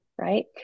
Right